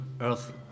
earth